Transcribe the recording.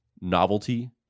novelty